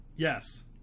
Yes